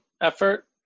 effort